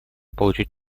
получить